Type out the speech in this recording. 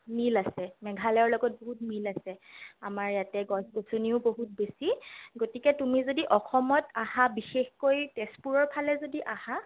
মিল আছে মেঘালয়ৰ লগত বহুত মিল আছে আমাৰ ইয়াতে গছ গছনিও বহুত বেছি গতিকে তুমি যদি অসমত আহা বিশেষকৈ তেজপুৰৰ ফালে যদি আহা